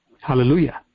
Hallelujah